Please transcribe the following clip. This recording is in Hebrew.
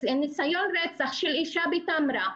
ניסיון רצח של אישה בטמרה,